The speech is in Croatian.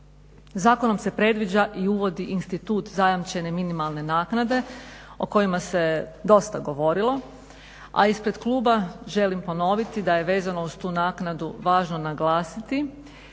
Zakonom se predviđa i uvodi institut zajamčene minimalne naknade o kojima se dosta govorilo, a ispred kluba želim ponoviti da je vezano uz tu naknadu važno naglasiti